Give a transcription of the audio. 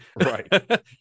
Right